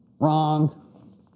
Wrong